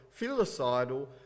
filicidal